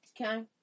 Okay